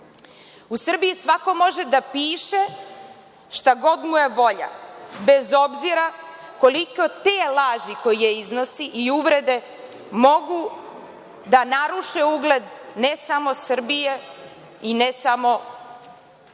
U Srbiji svako može da piše šta god mu je volja, bez obzira koliko te laži koje iznosi i uvrede mogu da naruše ugled, ne samo Srbije i ne samo takvog